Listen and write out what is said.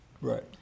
Right